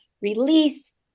release